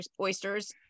oysters